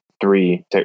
three